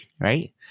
right